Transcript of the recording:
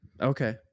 Okay